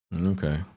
Okay